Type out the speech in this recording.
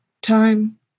Time